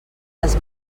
les